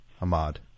ahmad